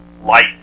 light